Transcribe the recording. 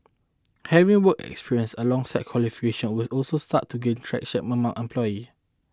having working experience alongside qualifications will also start to gain traction among employers